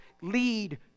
lead